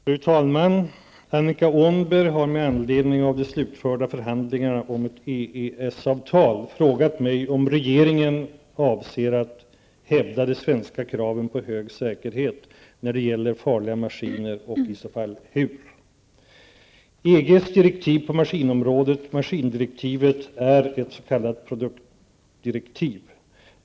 Fru talman! Annika Åhnberg har med anledning av de slutförda förhandlingarna om ett EES-avtal frågat mig om regeringen avser att hävda de svenska kraven på hög säkerhet när det gäller farliga maskiner och i så fall hur. EGs direktiv på maskinområdet, maskindirektivet, är ett s.k. produktdirektiv.